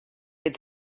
its